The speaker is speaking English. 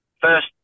first